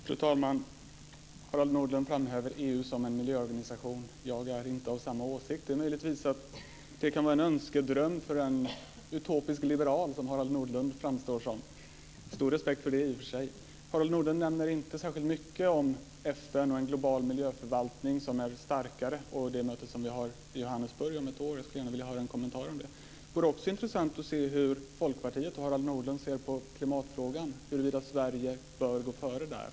Fru talman! Harald Nordlund framhäver EU som en miljöorganisation. Jag är inte av samma åsikt. Möjligtvis kan det här vara en önskedröm för en utopisk liberal, något som Harald Nordlund framstår som. Jag har stor respekt för det i och för sig. Harald Nordlund nämner inte särskilt mycket om FN, om en global miljöförvaltning som är starkare och om det möte som vi har i Johannesburg om ett år. Jag skulle gärna vilja höra en kommentar om det. Det vore också intressant att höra hur Folkpartiet och Harald Nordlund ser på klimatfrågan och huruvida Sverige bör gå före där.